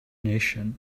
nation